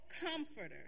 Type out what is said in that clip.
comforter